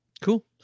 Cool